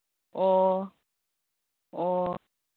ꯑꯣ ꯑꯣ